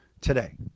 today